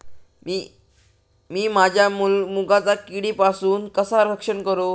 मीया माझ्या मुगाचा किडीपासून कसा रक्षण करू?